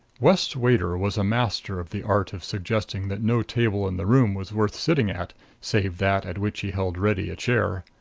west's waiter was a master of the art of suggesting that no table in the room was worth sitting at save that at which he held ready a chair.